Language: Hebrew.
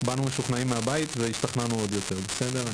באנו משוכנעים מהבית והשתכנענו עוד יותר בסדר?